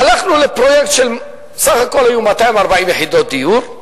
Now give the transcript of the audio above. הלכנו לפרויקט של בסך הכול 240 יחידות דיור,